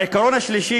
והעיקרון השלישי,